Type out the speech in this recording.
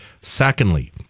Secondly